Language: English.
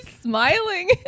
smiling